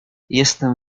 jestem